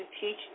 teach